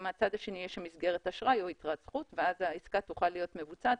אם מהצד השני יש מסגרת אשראי או יתרת זכות ואז העסקה תוכל להיות מבוצעת,